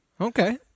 Okay